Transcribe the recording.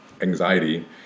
anxiety